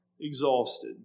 exhausted